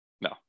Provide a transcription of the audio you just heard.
no